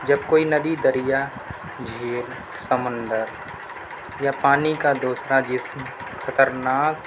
جب کوئی ندی دریا جھیل سمندر یا پانی کا دوسرا جسم خطرناک